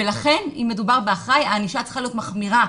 ולכן אם מדובר באחראי הענישה צריכה להיות מחמירה.